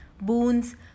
boons